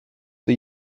the